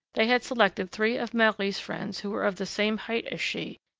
they had selected three of marie's friends who were of the same height as she,